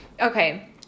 Okay